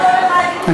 למה לא יאמרו: "חתמי"?